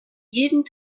jeden